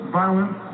violence